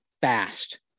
fast